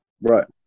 Right